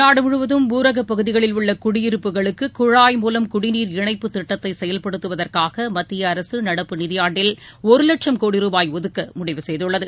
நாடுமுழுவதும் ஊரகப் பகுதிகளில் உள்ளகுடியிருப்புகளுக்குழாய் மூலம் குடிநீர் இணைப்பு திட்டத்தைசெயல்படுத்துவதற்காகமத்திய அரசுநடப்பு நிதியாண்டில் ஒருவட்சும் கோடி ரூபாய் ஒதுக்கமுடிவு செய்தள்ளது